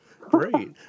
Great